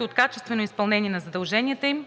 от качественото изпълнение на задълженията им